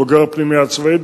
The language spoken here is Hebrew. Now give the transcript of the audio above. בוגר הפנימייה הצבאית,